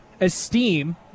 esteem